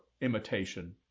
imitation